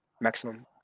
maximum